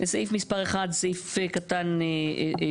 בסעיף מספר (1), סעיף קטן (3),